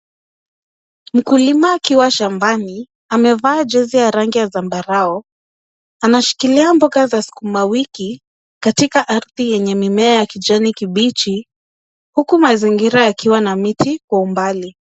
Mkulima akiwa shambani amevaa jezi ya rangi ya zambarau. Anashikilia mboga za sukuma wiki katika ardhi yenye mimea ya kijani kibichi huku mazingira yakiwa na miti kwa umbali.